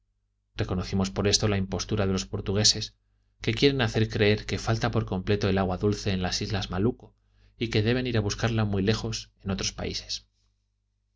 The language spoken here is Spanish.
reconocimos por esto la impostura de los portugueses que quieren hacer creer que falta por completo el agua dulce en las islas malucco y que deben ir a buscarla muy lejos en otros países